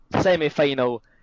semi-final